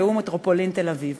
והוא מטרופולין תל-אביב.